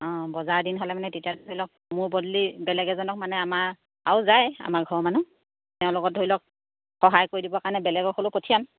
অঁ বজাৰৰ দিন হ'লে মানে তেতিয়া ধৰি লওক মোৰ বদলি বেলেগ এজনক মানে আমাৰ আৰু যায় আমাৰ ঘৰৰ মানুহ তেওঁ লগত ধৰি লওক সহায় কৰি দিবৰ কাৰণে বেলেগক হ'লেও পঠিয়াম